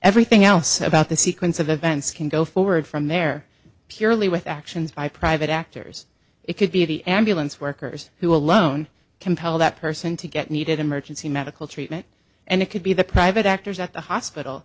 everything else about the sequence of events can go forward from there purely with actions by private actors it could be the ambulance workers who alone compel that person to get needed emergency medical treatment and it could be the private actors at the hospital